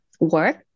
work